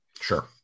Sure